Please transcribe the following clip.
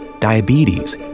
diabetes